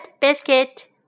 biscuit